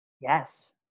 Yes